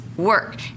work